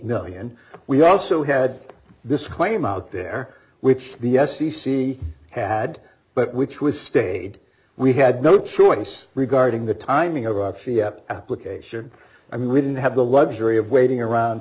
dollars we also had this claim out there which the s c c had but which was stayed we had no choice regarding the timing of our fee up application i mean we didn't have the luxury of waiting around